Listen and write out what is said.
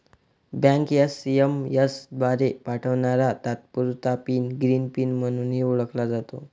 bank SMS द्वारे पाठवणारा तात्पुरता पिन ग्रीन पिन म्हणूनही ओळखला जातो